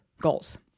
goals